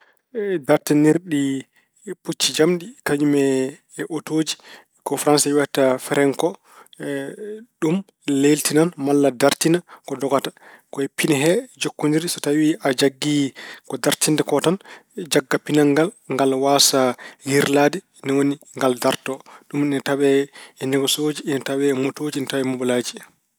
Dartiɗirɗi pucci jamɗi kañum e otooji ko Farayse wiyata fereŋ ko ɗum leeltinan malla dartina ko dogata. Ko e pine he jokkondiri, so tawi a janngii ko dartinta ko tan jannga pinal ngal, ngal waasaa yirlaade. Ni woni ngal darto. Ɗum ina tawee e negesooji, ina tawee e motooji, ine tawee e mobilaaji.